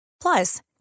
Plus